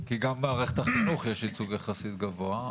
כי גם במערכת החינוך יש ייצוג יחסית גבוה.